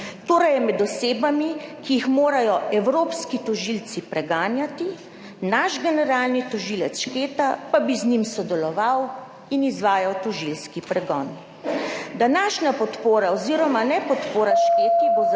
Torej je med osebami, ki jih morajo evropski tožilci preganjati, naš generalni tožilec Šketa pa bi z njim sodeloval in izvajal tožilski pregon. Današnja podpora oziroma nepodpora Šketi bo zato